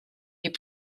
est